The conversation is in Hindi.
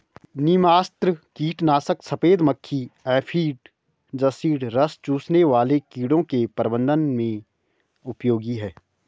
नीमास्त्र कीटनाशक सफेद मक्खी एफिड जसीड रस चूसने वाले कीड़ों के प्रबंधन में उपयोगी है